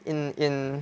in in